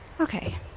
Okay